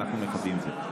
ואנחנו מכבדים את זה.